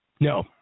No